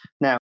Now